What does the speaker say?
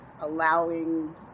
allowing